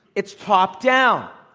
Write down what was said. it's top-down.